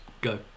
go